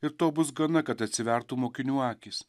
ir to bus gana kad atsivertų mokinių akys